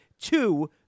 two